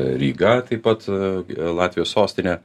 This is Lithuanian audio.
ryga taip pat latvijos sostinė